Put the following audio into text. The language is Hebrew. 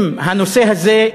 אם הנושא הזה,